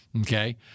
Okay